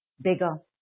bigger